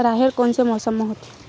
राहेर कोन से मौसम म होथे?